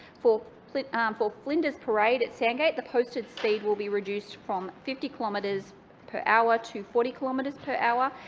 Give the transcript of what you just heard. for um for flinders parade at sandgate, the posted speed will be reduced from fifty kilometres per hour to forty kilometres per hour.